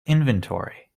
inventory